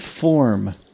form